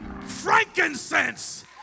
frankincense